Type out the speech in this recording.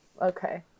Okay